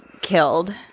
killed